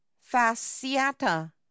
fasciata